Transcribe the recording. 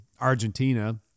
Argentina